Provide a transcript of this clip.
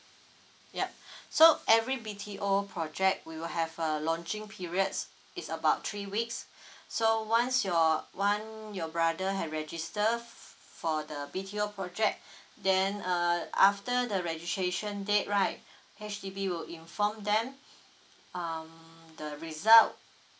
yup so every B_T_O project we will have a launching periods it's about three weeks so once your once your brother had register f~ f~ for the B_T_O project then uh after the registration date right H_D_B will inform them um the result